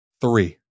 Three